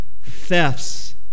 thefts